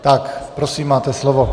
Tak prosím, máte slovo.